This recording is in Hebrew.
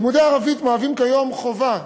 לימודי ערבית מהווים כיום חובה